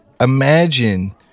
imagine